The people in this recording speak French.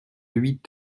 huit